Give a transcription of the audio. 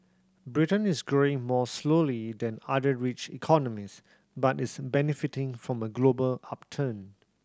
Britain is growing more slowly than other rich economies but is benefiting from a global upturn